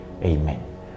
Amen